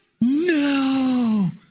no